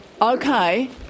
Okay